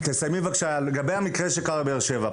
תסיימי בבקשה להסביר לגבי המקרה בבאר שבע.